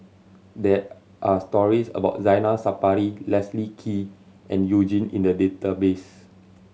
there are stories about Zainal Sapari Leslie Kee and You Jin in the database